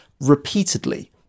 repeatedly